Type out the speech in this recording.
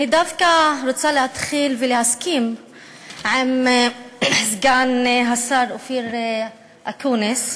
אני דווקא רוצה להתחיל ולהסכים עם סגן השר אופיר אקוניס,